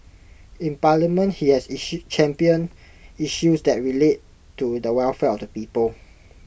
in parliament he has championed issues that relate to the welfare the people